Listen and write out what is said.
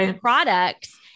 products